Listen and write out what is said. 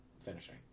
finishing